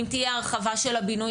אם תהיה הרחבה של הבינוי,